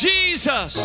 Jesus